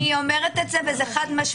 אני אומרת את זה, וזה חד-משמעית.